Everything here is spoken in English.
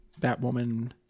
Batwoman